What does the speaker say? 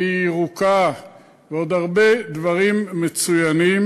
והיא ירוקה ועוד הרבה דברים מצוינים.